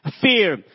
Fear